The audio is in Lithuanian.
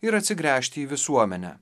ir atsigręžti į visuomenę